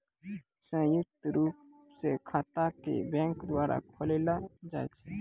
संयुक्त रूप स खाता क बैंक द्वारा खोललो जाय छै